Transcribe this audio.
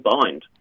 bind